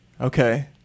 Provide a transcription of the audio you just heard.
Okay